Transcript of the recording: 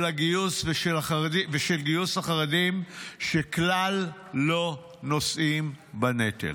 "של הגיוס ועל החרדים שכלל לא נושאים בנטל".